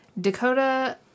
Dakota